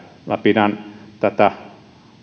pidän tätä